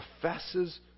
professes